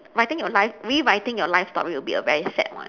writing your life rewriting your life story will be a very sad one